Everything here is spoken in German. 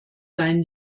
seien